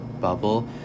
bubble